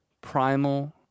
primal